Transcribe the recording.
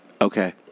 Okay